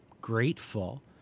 grateful